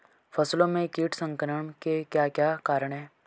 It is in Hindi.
फसलों में कीट संक्रमण के क्या क्या कारण है?